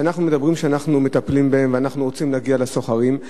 ואנחנו אומרים שאנחנו מטפלים בהם ואנחנו רוצים להגיע לסוחרים.